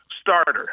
starter